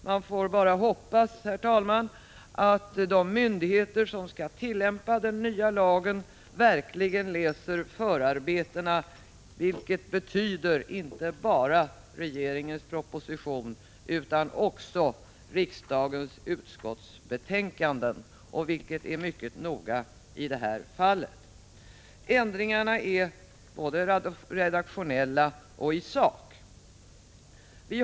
Man får bara hoppas, herr talman, att de myndigheter som skall tillämpa den nya lagen verkligen läser förarbetena, alltså inte bara regeringens proposition utan också rikdagens utskottsbetänkande, vilket är mycket noga i det här fallet. Ändringarna är både redaktionella och sakliga.